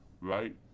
right